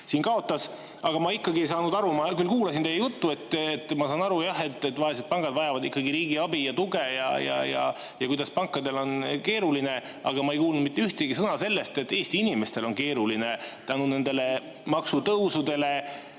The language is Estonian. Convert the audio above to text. siin kaotas. Aga ma ikkagi ei saanud aru. Ma küll kuulasin teie juttu ja sain aru et vaesed pangad vajavad ikkagi riigi abi ja tuge ning pankadel on keeruline. Aga ma ei kuulnud mitte ühtegi sõna sellest, et Eesti inimestel on keeruline maksutõusude